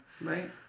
right